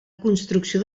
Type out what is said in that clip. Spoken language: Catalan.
construcció